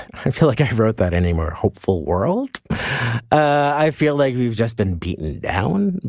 i feel like i wrote that any more hopeful world i feel like we've just been beaten down.